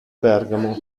bergamo